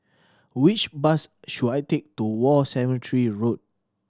which bus should I take to War Cemetery Road